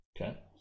Okay